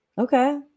Okay